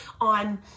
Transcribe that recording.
on